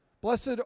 Blessed